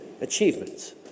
achievements